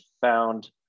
found